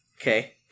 Okay